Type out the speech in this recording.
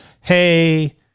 Hey